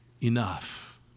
enough